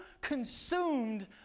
consumed